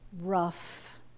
rough